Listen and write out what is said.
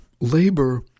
Labor